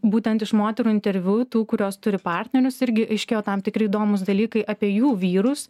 būtent iš moterų interviu tų kurios turi partnerius irgi aiškėjo tam tikri įdomūs dalykai apie jų vyrus